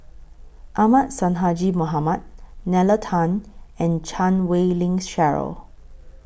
Ahmad Sonhadji Mohamad Nalla Tan and Chan Wei Ling Cheryl